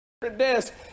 desk